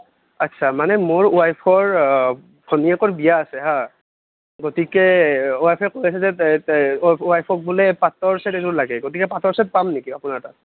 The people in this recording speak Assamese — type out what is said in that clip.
আচ্ছা মানে মোৰ ৱাইফৰ ভনীয়েকৰ বিয়া আছে হা গতিকে ৱাইফে কৈ আছে যে ৱাইফক বোলে পাটৰ চেট এযোৰ লাগে গতিকে পাটৰ চেট পাম নেকি আপোনাৰ তাত